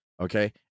Okay